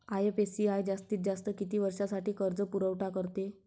IFCI जास्तीत जास्त किती वर्षासाठी कर्जपुरवठा करते?